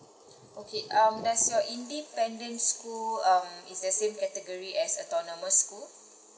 okay um does your independent school um is the same category as autonomous school